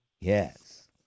Yes